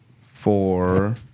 Four